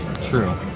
True